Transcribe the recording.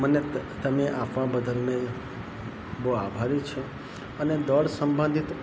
મને તમે આપવા બદલ બહુ આભારી છું અને દોડ સંબંધિત